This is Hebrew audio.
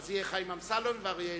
אז אלה יהיו חיים אמסלם ואריה אלדד.